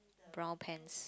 brown pants